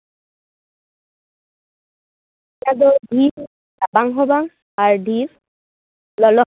ᱚᱱᱟ ᱫᱚ ᱰᱷᱮᱨ ᱨᱟᱵᱟᱝ ᱦᱚᱸ ᱵᱟᱝ ᱟᱨ ᱰᱷᱮᱨ ᱞᱚᱞᱚ ᱦᱚᱸ ᱵᱟᱝ